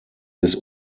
des